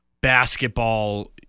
basketball